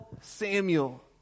Samuel